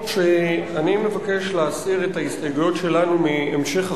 אני מבקש להסיר את ההסתייגויות שלנו מהמשך החוק,